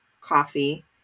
coffee